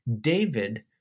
David